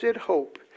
hope